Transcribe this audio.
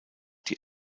die